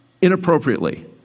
inappropriately